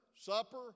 supper